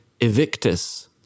Evictus